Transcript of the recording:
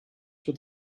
with